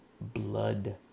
blood